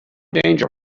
danger